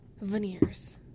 Veneers